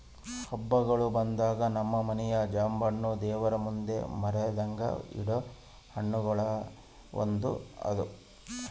ಹಬ್ಬಗಳು ಬಂದಾಗಂತೂ ನಮ್ಮ ಮನೆಗ ಜಾಂಬೆಣ್ಣು ದೇವರಮುಂದೆ ಮರೆದಂಗ ಇಡೊ ಹಣ್ಣುಗಳುಗ ಅದು ಒಂದು